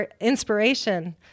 inspiration